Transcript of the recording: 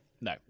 No